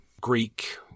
Greek